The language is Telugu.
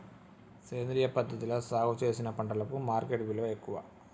సేంద్రియ పద్ధతిలా సాగు చేసిన పంటలకు మార్కెట్ విలువ ఎక్కువ